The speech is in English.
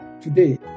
today